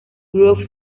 grove